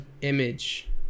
image